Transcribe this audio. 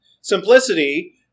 Simplicity